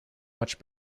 much